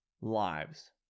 lives